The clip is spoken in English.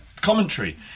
commentary